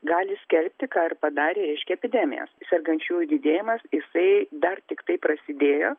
gali skelbti ką ir padarė reiškia epidemijas sergančiųjų didėjimas jisai dar tiktai prasidėjo